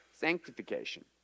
sanctification